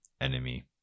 enemy